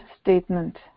statement